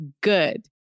good